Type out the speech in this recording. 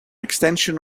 extension